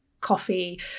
coffee